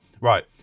Right